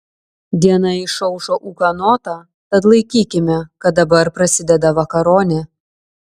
diena išaušo ūkanota tad laikykime kad dabar prasideda vakaronė